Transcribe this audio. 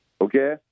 Okay